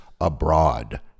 Abroad